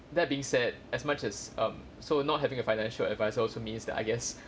that being said as much as um so not having a financial advisor also means that I guess